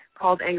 called